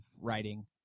writing